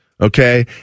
Okay